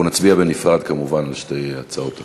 אנחנו נצביע כמובן בנפרד על שתי הצעות החוק.